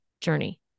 journey